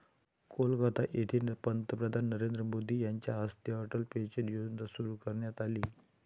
कोलकाता येथे पंतप्रधान नरेंद्र मोदी यांच्या हस्ते अटल पेन्शन योजना सुरू करण्यात आली